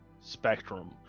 spectrum